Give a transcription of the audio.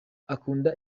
akunda